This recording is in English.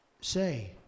say